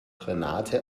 renate